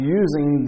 using